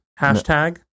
Hashtag